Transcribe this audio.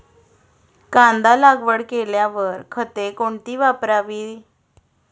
कांदा लागवड केल्यावर खते कोणती वापरावी?